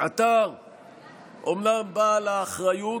אתה אומנם בעל האחריות,